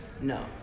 no